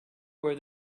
where